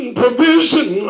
provision